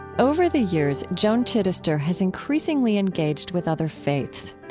over the years, joan chittister has increasingly engaged with other faiths.